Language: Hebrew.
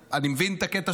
למה?